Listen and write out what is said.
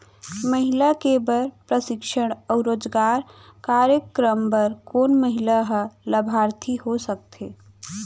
महिला के बर प्रशिक्षण अऊ रोजगार कार्यक्रम बर कोन महिला ह लाभार्थी हो सकथे?